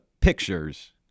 pictures